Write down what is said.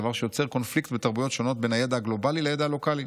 דבר שיוצר קונפליקט בתרבויות שונות בין הידע גלובלי לידע הלוקלי.